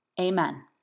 Amen